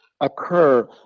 occur